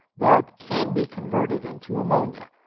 but can be converted into ammonia,